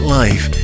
life